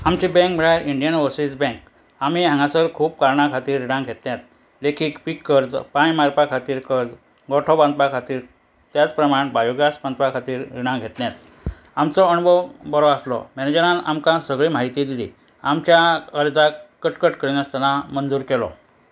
आमचे बँक म्हळ्या Indian overseas bank आमी हांगासर खूब कारणां खातीर रिणां घेतल्यात देखीक पीक कर्ज बांय मारपा खातीर कर्ज गोठो बांदपा खातीर त्याच प्रमाण बायोगॅस बांदपा खातीर रिणां घेतल्यात आमचो अणभव बरो आसलो मॅनेजरान आमकां सगळीं म्हायती दिली आमच्या अर्जाक कटकट करिनासतना मंजूर केलो